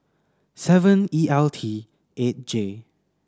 seven E L T eight J